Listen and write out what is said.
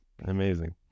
amazing